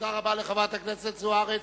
תודה רבה לחברת הכנסת זוארץ.